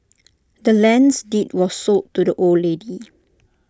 the land's deed was sold to the old lady